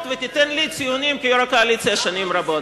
ותיתן לי ציונים כיושב-ראש הקואליציה שנים רבות.